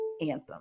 anthem